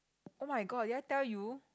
oh-my-god did I tell you